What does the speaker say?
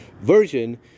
version